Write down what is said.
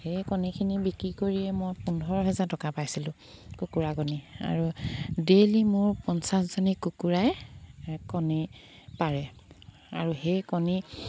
সেই কণীখিনি বিক্ৰী কৰিয়ে মই পোন্ধৰ হাজাৰ টকা পাইছিলোঁ কুকুৰা কণী আৰু ডেইলি মোৰ পঞ্চাছজনী কুকুৰাই কণী পাৰে আৰু সেই কণী